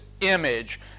image